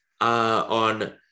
on